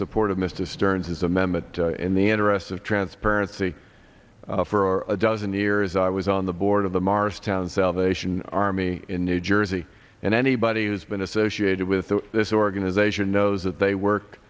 supported mr stearns as a member in the interests of transparency for a dozen years i was on the board of the mars town salvation army in new jersey and anybody who's been associated with this organization knows that they work